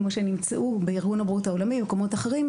כמו שנמצאו בארגון הבריאות העולמי ובמקומות אחרים,